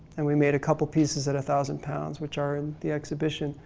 and we made a couple of pieces at a thousand pounds which are in the exhibition.